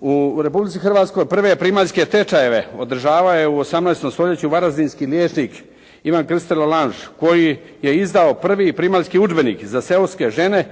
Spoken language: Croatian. U Republici Hrvatskoj prve primaljske tečajeve održavao je u 18. stoljeću varaždinski liječnik Ivan Krstitelj Lalangue koji je izdao prvi primaljski udžbenik za seoske žene